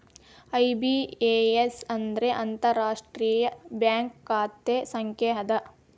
IBAN ಅಂದ್ರ ಅಂತಾರಾಷ್ಟ್ರೇಯ bank ಖಾತೆ ಸಂಖ್ಯಾ ಅದ